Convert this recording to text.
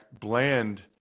Bland